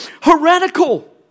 heretical